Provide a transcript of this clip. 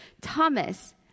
Thomas